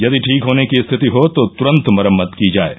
यदि ठीक होने की स्थिति हो तो तुरंत मरम्मत की जाये